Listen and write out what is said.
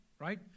right